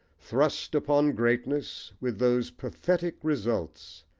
thrust upon greatness, with those pathetic results,